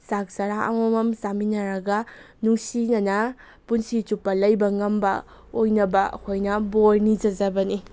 ꯆꯥꯛ ꯆꯔꯥ ꯑꯃꯃꯝ ꯆꯥꯃꯤꯟꯅꯔꯒ ꯅꯨꯡꯁꯤꯅꯅ ꯄꯨꯟꯁꯤ ꯆꯨꯞꯄ ꯂꯩꯕ ꯉꯝꯕ ꯑꯣꯏꯅꯕ ꯑꯩꯈꯣꯏꯅ ꯕꯣꯔ ꯅꯤꯖꯖꯕꯅꯤ